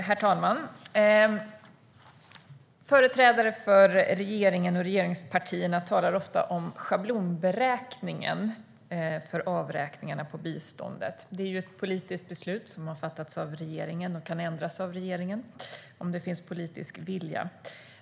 Herr talman! Företrädare för regeringen och regeringspartierna talar ofta om schablonberäkningen för avräkningarna på biståndet. Det är ett politiskt beslut som har fattats av regeringen och kan ändras av regeringen om det finns politisk vilja.